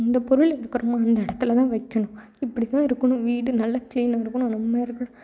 அந்த பொருள் எடுக்குறோமா அந்த இடத்துல தான் வைக்கணும் இப்படி தான் இருக்கணும் வீடு நல்லா கிளீனாக இருக்கணும் அருமையாக இருக்கணும்